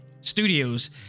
studios